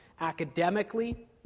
academically